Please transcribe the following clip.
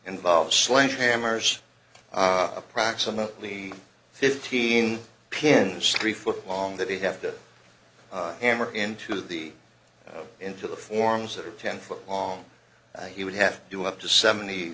involve sledgehammers approximately fifteen pins three foot long that they have to hammer into the into the forms that are ten foot long and he would have to up to seventy